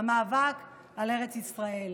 המאבק על ארץ ישראל.